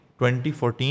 2014